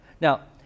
Now